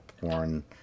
porn